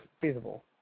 feasible